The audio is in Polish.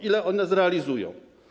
Ile one zrealizują?